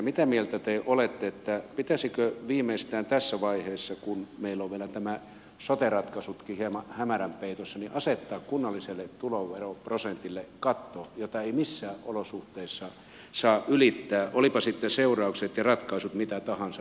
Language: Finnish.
mitä mieltä te olette pitäisikö viimeistään tässä vaiheessa kun meillä on vielä nämä sote ratkaisutkin hieman hämärän peitossa asettaa kunnalliselle tuloveroprosentille katto jota ei missään olosuhteissa saa ylittää olivatpa sitten seuraukset ja ratkaisut mitä tahansa